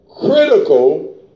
critical